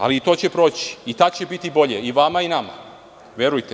Ali, i to će proći i tad će biti bolje i vama i nama, verujte.